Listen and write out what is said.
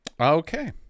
Okay